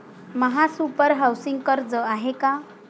महासुपर हाउसिंग कर्ज आहे का?